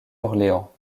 orléans